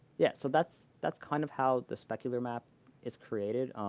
yeah. so that's that's kind of how the specular map is created.